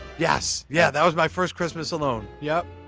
yes! yeah, that was my first christmas alone. yup.